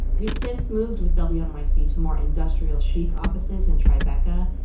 we've since moved with they'll be on my c to more industrial chic offices in tribeca.